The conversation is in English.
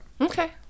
Okay